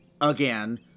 again